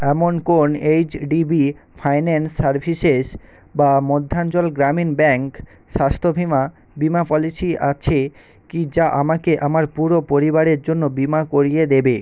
এমন কোন HDB finance services বা মধ্যাঞ্চল গ্রামীণ ব্যাংক স্বাস্থ্য ভিমা বিমা পলিসি আছে কি যা আমাকে আমার পুরো পরিবারের জন্য বিমা করিয়ে দেবে